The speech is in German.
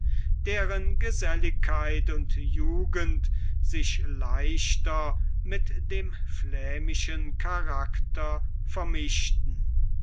deren geselligkeit und jugend sich leichter mit dem flämischen charakter vermischten